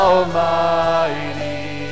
Almighty